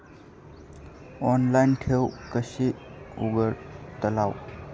Online ठेव कशी उघडतलाव?